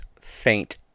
faint